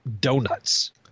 Donuts